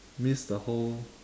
miss the whole